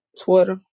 Twitter